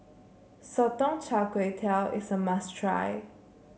Sotong Char Kway is a must try